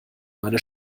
meine